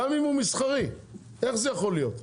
גם אם הוא מסחרי, איך זה יכול להיות?